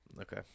Okay